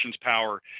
power